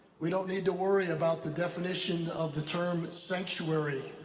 we don't need to worry about the definition of the term sanctuary.